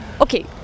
okay